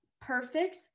perfect